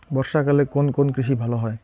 বর্ষা কালে কোন কোন কৃষি ভালো হয়?